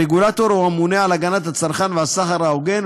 הרגולטור הוא הממונה על הגנת הצרכן והסחר ההוגן,